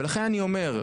לכן אני אומר,